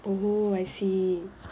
oh I see